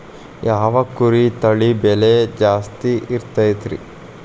ಯಾವ ಕುರಿ ತಳಿ ಬೆಲೆ ಜಾಸ್ತಿ ಇರತೈತ್ರಿ?